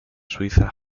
suiza